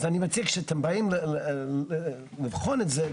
אז אני מציע שכשאתם באים לבחון את זה,